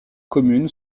commune